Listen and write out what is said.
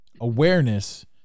awareness